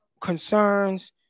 concerns